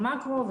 המקרו,